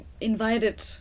invited